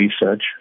research